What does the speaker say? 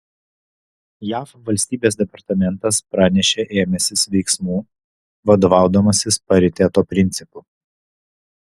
jav valstybės departamentas pranešė ėmęsis veiksmų vadovaudamasis pariteto principu